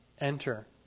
enter